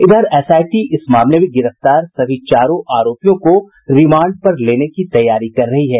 इधर एसआईटी इस मामले में गिरफ्तार सभी चारों आरोपियों को रिमांड पर लेने की तैयारी कर रही है